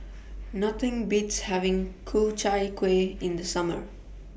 Nothing Beats having Ku Chai Kueh in The Summer